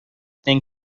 thing